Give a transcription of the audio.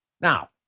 Now